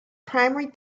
primary